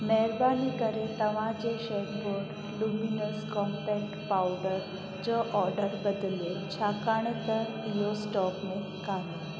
महिरबानी करे तव्हांजे शम्बौर लुमिनूस कॉम्पैक्ट पाउडर जो ऑडर बदिलियो छाकाणि त इहो स्टॉक में कान्हे